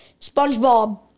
SpongeBob